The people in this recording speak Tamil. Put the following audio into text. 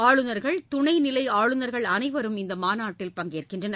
ஆளுநர்கள் துணை நிலை ஆளுநர்கள் அனைவரும் இந்த மாநாட்டில் பங்கேற்கின்றனர்